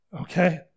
Okay